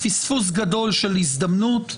פספוס גדול של הזדמנות.